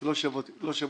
לא שווים כלום.